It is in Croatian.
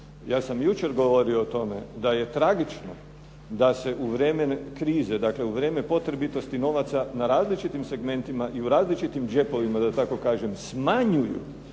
Ja sam jučer govorio o tome da je tragično da se u vremenu krize, dakle u vrijeme potrebitosti novaca na različitim segmentima i u različitim džepovima da tako kažem smanjuju